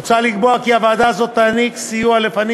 מוצע לקבוע כי ועדה זאת תעניק סיוע לפנים